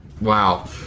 Wow